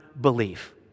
belief